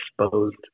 exposed